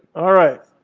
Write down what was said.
all right.